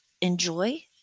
enjoy